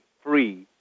free